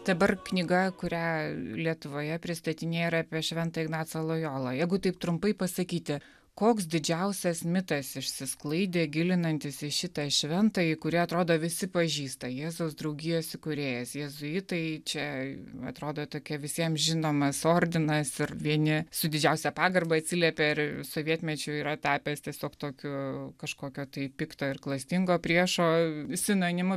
dabar knyga kurią lietuvoje pristatinėja yra apie šventą ignacą lojolą jeigu tik trumpai pasakyti koks didžiausias mitas išsisklaidė gilinantis į šitą šventąjį kurį atrodo visi pažįsta jėzaus draugijos įkūrėjas jėzuitai čia atrodo tokia visiems žinomas ordinais ir vieni su didžiausia pagarba atsiliepia ir sovietmečiu yra tapęs tiesiog tokiu kažkokio tai pikto ir klastingo priešo sinonimu